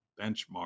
benchmark